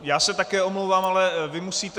Já se také omlouvám, ale vy musíte...